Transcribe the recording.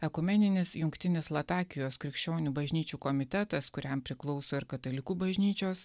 ekumeninės jungtinės latakijos krikščionių bažnyčių komitetas kuriam priklauso ir katalikų bažnyčios